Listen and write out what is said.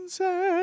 say